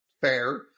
fair